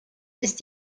ist